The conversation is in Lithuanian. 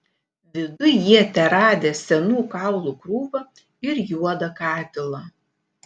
viduj jie teradę senų kaulų krūvą ir juodą katilą